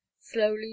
Slowly